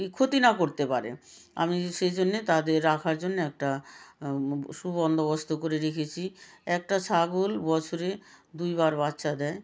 এই ক্ষতি না করতে পারে আমি সেই জন্য তাদের রাখার জন্য একটা সুবন্দোবস্ত করে রেখেছি একটা ছাগল বছরে দুইবার বাচ্চা দেয়